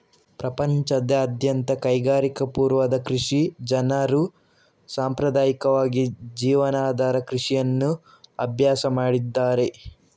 ಪ್ರಪಂಚದಾದ್ಯಂತದ ಕೈಗಾರಿಕಾ ಪೂರ್ವದ ಕೃಷಿ ಜನರು ಸಾಂಪ್ರದಾಯಿಕವಾಗಿ ಜೀವನಾಧಾರ ಕೃಷಿಯನ್ನು ಅಭ್ಯಾಸ ಮಾಡಿದ್ದಾರೆ